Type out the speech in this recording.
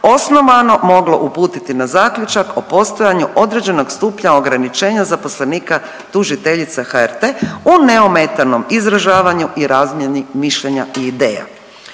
osnovano moglo uputiti na zaključak o postojanju određenog stupnja ograničenja zaposlenika tužiteljice HRT u neometanom izražavanju i razmjeni mišljenja i ideja.